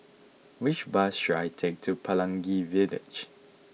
which bus should I take to Pelangi Village